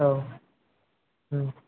অঁ